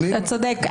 אתה צודק.